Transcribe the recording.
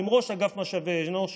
עם ראש אגף משאבי אנוש.